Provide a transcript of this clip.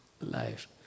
life